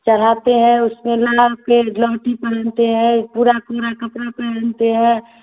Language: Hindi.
चढ़ाते हैं उसमें नहाकर धोती पहनते है पूरा पूरा कपड़ा पहनते हैं